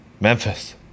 Memphis